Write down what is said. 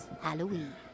Halloween